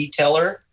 detailer